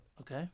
Okay